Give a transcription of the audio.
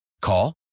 Call